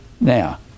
Now